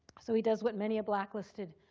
so he does what many a blacklisted,